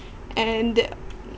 and that